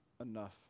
enough